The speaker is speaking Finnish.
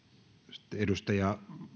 sitten edustaja